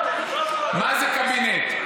מה זה קבינט?